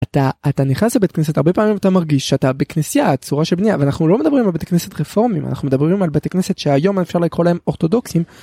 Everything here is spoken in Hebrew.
אתה אתה נכנס לבית כנסת הרבה פעמים אתה מרגיש שאתה בכנסייה, צורה של בניה, ואנחנו לא מדברים על בתי כנסת רפורמים אנחנו מדברים על בתי כנסת שהיום אפשר לקרוא להם אורתודוקסים.